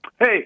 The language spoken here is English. hey